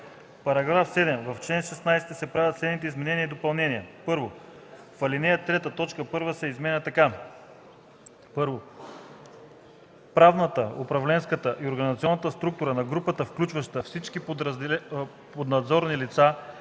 § 7: „§ 7. В чл. 16 се правят следните изменения и допълнения: 1. В ал. 3 т. 1 се изменя така: „1. правната, управленската и организационната структура на групата, включваща всички поднадзорни лица,